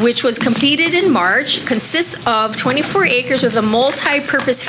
which was completed in march consists of twenty four acres of the mole type purpose